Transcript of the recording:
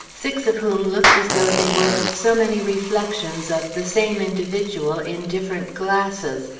six of whom looked as though they were but so many reflections of the same individual in different glasses,